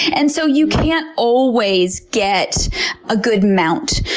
and so you can't always get a good mount.